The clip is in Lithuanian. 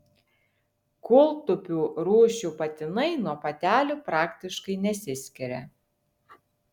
kūltupių rūšių patinai nuo patelių praktiškai nesiskiria